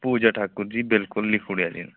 पूजा ठाकुर जी लिखी ओड़ेआ जी